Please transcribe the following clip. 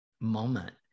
moment